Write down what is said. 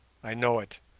i know it,